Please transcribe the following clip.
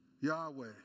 Yahweh